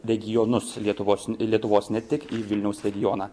regionus lietuvos lietuvos ne tik į vilniaus regioną